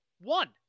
One